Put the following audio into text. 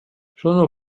sono